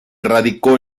radicó